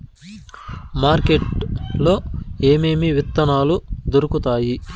market లో ఏమేమి విత్తనాలు దొరుకుతాయి